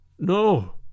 No